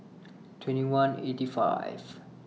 twenty one fifty eight